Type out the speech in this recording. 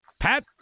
Pat